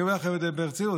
אני אומר לכם את זה ברצינות,